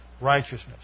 righteousness